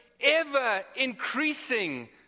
ever-increasing